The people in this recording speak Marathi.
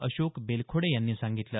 अशोक बेलखोडे यांनी सांगितलं